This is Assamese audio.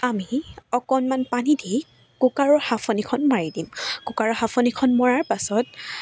আমি অকণমান পানী দি কুকাৰৰ সাঁফনিখন মাৰি দিম কুকাৰৰ সাঁফনিখন মৰাৰ পাছত